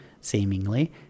seemingly